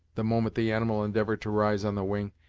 the moment the animal endeavored to rise on the wing,